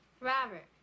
Robert